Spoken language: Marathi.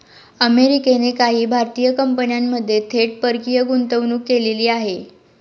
अमेरिकेने काही भारतीय कंपन्यांमध्ये थेट परकीय गुंतवणूक केलेली आहे